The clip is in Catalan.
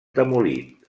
demolit